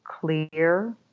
clear